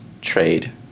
trade